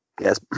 Yes